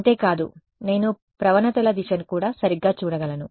అంతే కాదు నేను ప్రవణతల దిశను కూడా సరిగ్గా చూడగలను